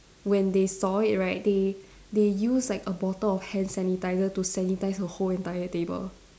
when they saw it right they they use like a bottle of hand sanitiser to sanitise the whole entire table